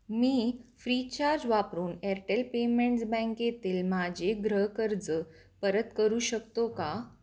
मी Freecharge वापरून Airtel payments बँकेतील माझे गृहकर्ज परत करू शकतो का